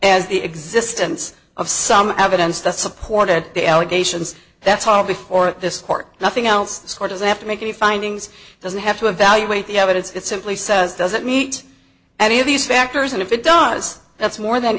as the existence of some evidence that supported the allegations that's all before this court nothing else this court doesn't have to make any findings it doesn't have to evaluate the evidence it simply says does it meet any of these factors and if it does that's more than